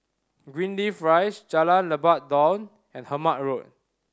Greenleaf Rise Jalan Lebat Daun and Hemmant Road